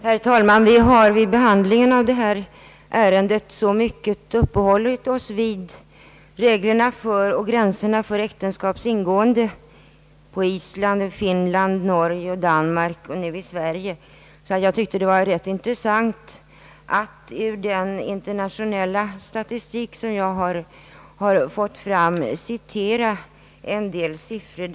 Herr talman! Vid behandlingen av detta ärende har vi så mycket uppehållit oss vid gränserna för äktenskaps ingående på Island, i Finland, i Norge och i Danmark, att jag tyckte att det kunde vara intressant att ur den internationella statistik, som jag har tagit del av, återge några siffror.